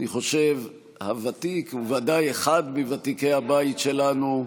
אני חושב, הוותיק או ודאי אחד מוותיקי הבית שלנו,